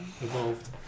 evolved